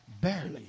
barely